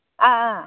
ꯑꯥ